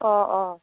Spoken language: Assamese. অ' অ'